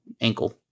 Ankle